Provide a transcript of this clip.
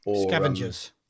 scavengers